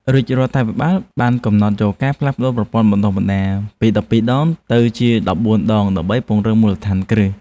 រាជរដ្ឋាភិបាលបានកំណត់យកការផ្លាស់ប្តូរប្រព័ន្ធបណ្តុះបណ្តាលពីដប់ពីរដកពីរទៅជាដប់ពីរដកបួនដើម្បីពង្រឹងមូលដ្ឋានគ្រឹះ។